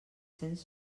cents